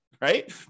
right